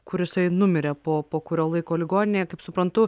kur jisai numirė po po kurio laiko ligoninėje kaip suprantu